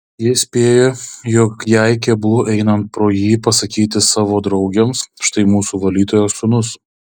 jis spėjo jog jai keblu einant pro jį pasakyti savo draugėms štai mūsų valytojos sūnus